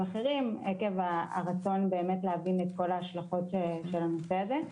עקב הרצון להבין את כל ההשלכות של הנושא זה,